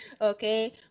Okay